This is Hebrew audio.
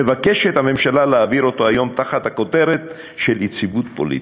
מבקשת הממשלה להעביר אותו היום תחת הכותרת של יציבות פוליטית.